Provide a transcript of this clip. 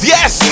Yes